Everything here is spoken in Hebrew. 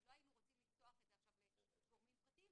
כי לא היינו רוצים לפתוח את זה עכשיו לגורמים פרטיים,